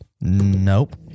Nope